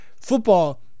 football